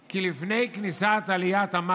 כדי שכל אזרחי ישראל יוכלו לממש את זכותם הדמוקרטית.